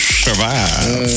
survive